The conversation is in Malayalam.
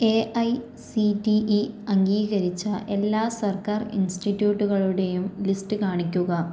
A I C T E അംഗീകരിച്ച എല്ലാ സർക്കാർ ഇൻസ്റ്റിട്യൂട്ടുകളുടെയും ലിസ്റ്റ് കാണിക്കുക